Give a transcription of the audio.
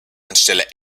anstelle